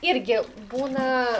irgi būna